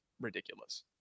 ridiculous